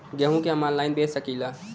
गेहूँ के हम ऑनलाइन बेंच सकी ला?